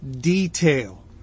detail